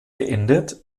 beendet